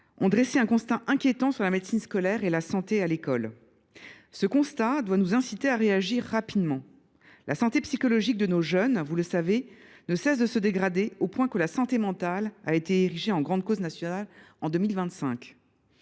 ont dressé un constat inquiétant sur la médecine scolaire et la santé à l’école. Ce constat doit nous inciter à réagir rapidement. La santé psychologique de nos jeunes, vous le savez, ne cesse de se dégrader, au point que la santé mentale a été érigée en grande cause nationale en 2025.